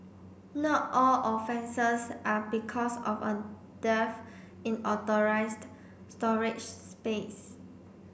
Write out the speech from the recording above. not all offences are because of a dearth in authorised storage space